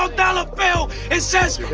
dollar bill and says